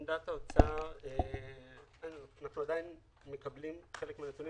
אנחנו עדיין מקבלים חלק מן הדברים,